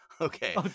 Okay